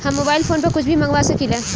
हम mobile phone पर कुछ भी मंगवा सकिला?